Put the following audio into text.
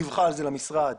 ודיווחה על זה למשרד.